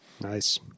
Nice